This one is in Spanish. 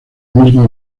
misma